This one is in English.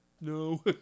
No